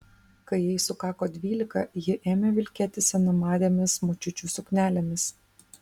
kai jai sukako dvylika ji ėmė vilkėti senamadėmis močiučių suknelėmis